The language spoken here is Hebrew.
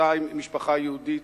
משפחתה משפחה יהודית,